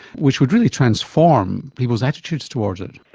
which would really transform people's attitudes towards it.